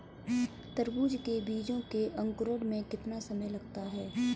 तरबूज के बीजों के अंकुरण में कितना समय लगता है?